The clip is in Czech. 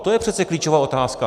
To je přece klíčová otázka.